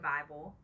Bible